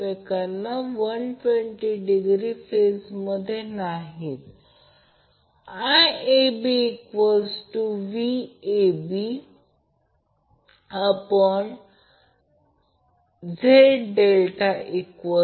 आणि आपल्याला IL line current √ 3 current आणि फेज करंट अँगल माहित आहे हे सर्व आपण मिळवले आहे थोडेसे लक्षात ठेवले पाहिजे थोडे सराव करणे आवश्यक आहे